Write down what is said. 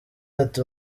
ati